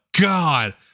God